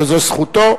וזו זכותו,